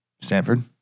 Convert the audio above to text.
Stanford